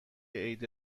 عید